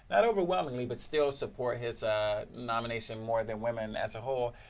not overwhelmingly, but still support his nomination more than women as a whole.